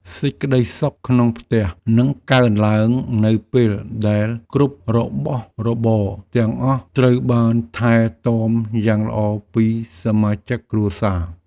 សេចក្ដីសុខក្នុងផ្ទះនឹងកើនឡើងនៅពេលដែលគ្រប់របស់របរទាំងអស់ត្រូវបានថែទាំយ៉ាងល្អពីសមាជិកគ្រួសារ។